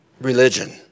religion